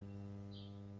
nan